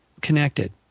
connected